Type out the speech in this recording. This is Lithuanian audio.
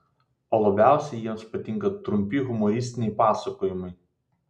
o labiausiai jiems patinka trumpi humoristiniai pasakojimai